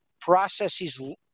processes